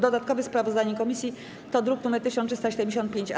Dodatkowe sprawozdanie komisji to druk nr 1375-A.